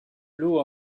l’eau